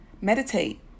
meditate